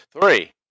Three